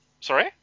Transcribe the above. Sorry